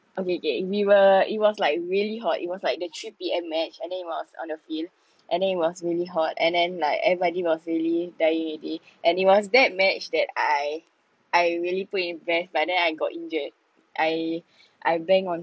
okay okay we were it was like really hot it was like the three P_M match and then it was on the field and then it was really hot and then like everybody was really dying already and it was that match that I I really put in but then I got injured I I banged on